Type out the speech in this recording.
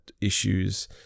issues